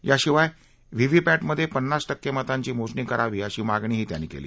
याशिवाय व्हीव्हीपॅटमधे पन्नास टक्के मतांची मोजणी करावी अशी मा णीही त्यांनी केली